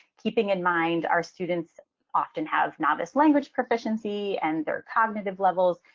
keeping in mind, our students often have novice language proficiency and their cognitive levels.